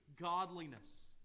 godliness